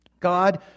God